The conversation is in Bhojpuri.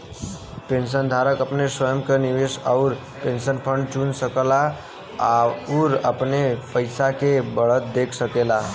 पेंशनधारक अपने स्वयं क निवेश आउर पेंशन फंड चुन सकला आउर अपने पइसा के बढ़त देख सकेला